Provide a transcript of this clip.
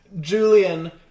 Julian